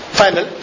final